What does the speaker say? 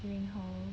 durings hols